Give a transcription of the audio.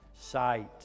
sight